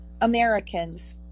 Americans